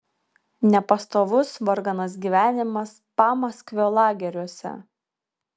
nepastovus varganas gyvenimas pamaskvio lageriuose